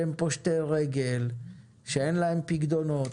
שהם פושטי רגל, שאין להם פיקדונות.